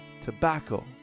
Tobacco